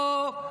או: